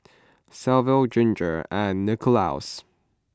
Sylva Ginger and Nicholaus